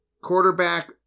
Quarterback